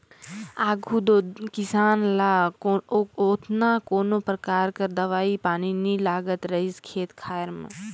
आघु दो किसान ल ओतना कोनो परकार कर दवई पानी नी लागत रहिस खेत खाएर में